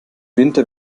winter